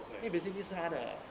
okay